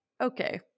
okay